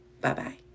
Bye-bye